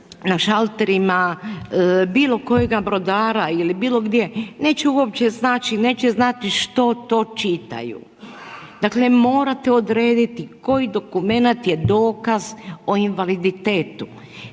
na šalterima, bilo kojeg brodara ili bilo gdje neće uopće znati, neće znati što to čitaju. Dakle morate odrediti koji dokument je dokaz o invaliditetu.